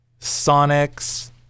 sonics